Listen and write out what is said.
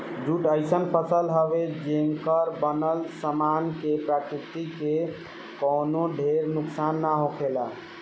jute अइसन फसल हवे, जेकर बनल सामान से प्रकृति के कवनो ढेर नुकसान ना होखेला